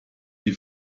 die